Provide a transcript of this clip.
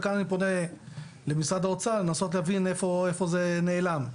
וכאן אני פונה למשרד האוצר לנסות להבין איפה זה נעלם?